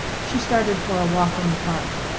she started for a walk in the park.